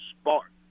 spark